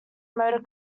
motor